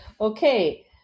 okay